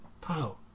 Pow